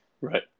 right